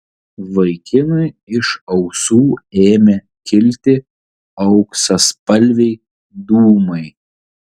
vaikinui iš ausų ėmė kilti auksaspalviai dūmai